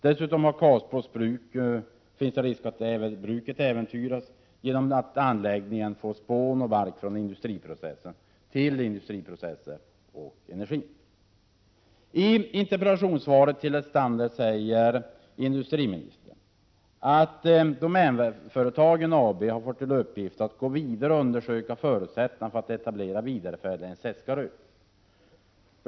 Dessutom kan Karlsborgs Bruk äventyras genom att anläggningen får spån och bark till industriprocesser och energi. I interpellationssvaret till Paul Lestander säger industriministern att Domänföretagen AB enligt uppgift kommer att gå vidare och undersöka förutsättningarna för att etablera vidareförädling i Seskarö.